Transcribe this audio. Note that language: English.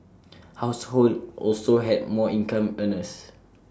households also had more income earners